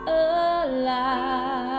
alive